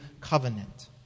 covenant